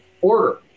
order